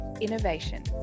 innovation